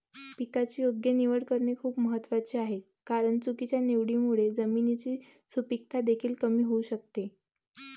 पिकाची योग्य निवड करणे खूप महत्वाचे आहे कारण चुकीच्या निवडीमुळे जमिनीची सुपीकता देखील कमी होऊ शकते